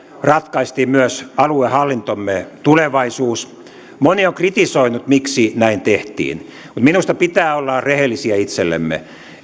ratkaistiin myös aluehallintomme tulevaisuus moni on kritisoinut miksi näin tehtiin minusta pitää olla rehellisiä itsellemme